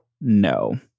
no